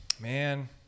man